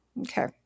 Okay